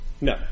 No